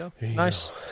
Nice